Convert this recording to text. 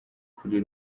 kuri